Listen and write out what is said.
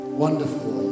wonderful